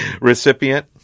recipient